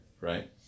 Right